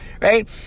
right